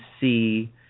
see